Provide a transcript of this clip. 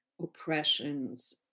oppressions